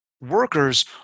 workers